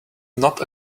not